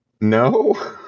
No